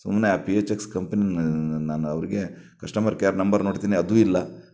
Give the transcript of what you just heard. ಸುಮ್ಮನೆ ಆ P H X ಕಂಪ್ನಿನ ನನ್ನ ಅವ್ರಿಗೆ ಕಶ್ಟಮರ್ ಕೇರ್ ನಂಬರ್ ನೋಡ್ತೀನಿ ಅದೂ ಇಲ್ಲ